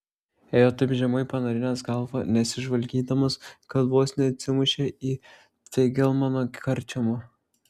ėjo taip žemai panarinęs galvą nesižvalgydamas kad vos neatsimušė į feigelmano karčiamą